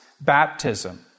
baptism